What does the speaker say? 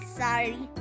sorry